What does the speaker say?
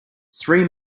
three